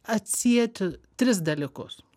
atsieti tris dalykus